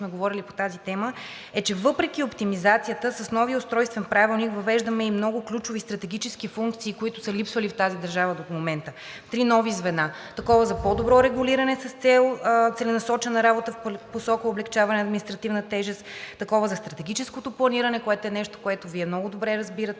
говорили по тази тема, е, че въпреки оптимизацията, с новия Устройствен правилник въвеждаме и много ключови стратегически функции, които са липсвали в тази държава до момента. Три нови звена – такова за по-добро регулиране с цел целенасочена работа в посока облекчаване на административна тежест, такова за стратегическото планиране, което е нещо, което Вие много добре разбирате,